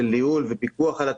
ניהול ופיקוח על התאגידים.